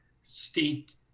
state